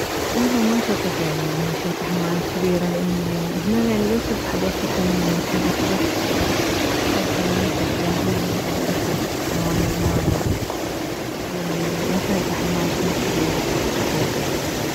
الله ما اعتقد يعني اني شايفة حيوانات جبيرة لان هنا بس بحديقة الحيوانات جان اكو بس هاي الحيوانات الاعتيادية الاسد حيوان اللاما يعني ما شايفة حيوان حيل جبير حقيقي